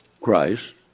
Christ